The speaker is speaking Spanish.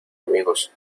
amigos